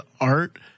art